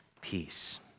peace